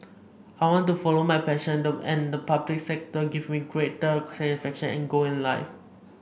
I want to follow my and the public sector gives me greater satisfaction and goal in life